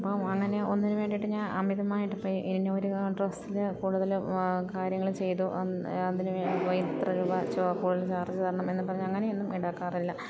അപ്പം അങ്ങനെ ഒന്നിന് വേണ്ടിട്ട് ഞാൻ അമിതമായിട്ടിപ്പം ഇനൊരു ഡ്രസ്സിൽ കൂടുതൽ കാര്യങ്ങൾ ചെയ്തു അതിന് വേണ്ടി എത്ര രൂപാച്ചോ കൂടുതൽ ചാർജ്ജ് തരണമെന്നും പറഞ്ഞ് അങ്ങനെ ഒന്നും ഉണ്ടാക്കാറില്ല